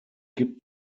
gibt